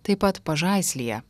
taip pat pažaislyje